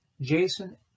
Jason